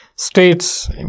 states